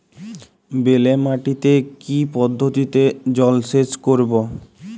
বেলে মাটিতে কি পদ্ধতিতে জলসেচ করব?